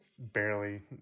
barely